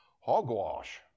Hogwash